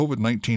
COVID-19